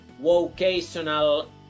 vocational